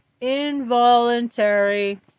involuntary